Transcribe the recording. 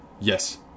yes